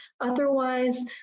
otherwise